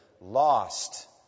lost